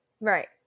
Right